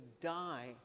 die